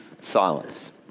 silence